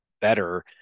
better